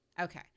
okay